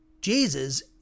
Jesus